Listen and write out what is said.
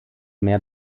mehr